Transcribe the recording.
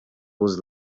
was